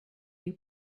you